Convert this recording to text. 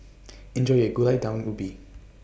Enjoy your Gulai Daun Ubi